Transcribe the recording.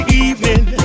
evening